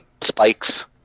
spikes